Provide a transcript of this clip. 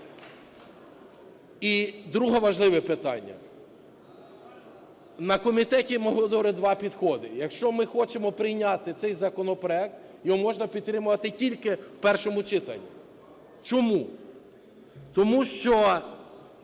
І друге важливе питання. На комітеті ми обговорювали два підходи. Якщо ми хочемо прийняти цей законопроект, його можна підтримувати тільки в першому читанні. Чому? Тому що